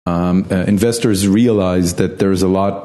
Investors realize that there is a lot